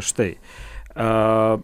štai a